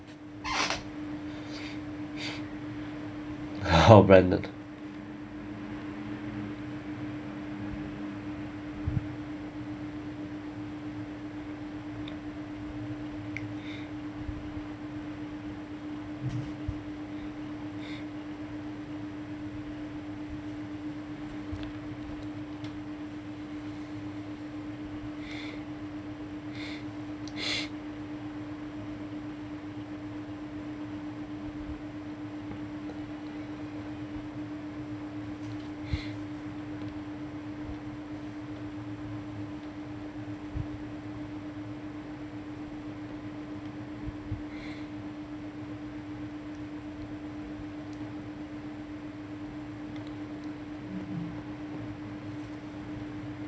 oh branded